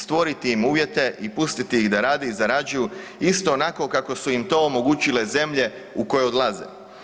Stvoriti im uvjete i pustiti ih da rade i zarađuju, isto onako kako su im to omogućile zemlje u koje odlaze.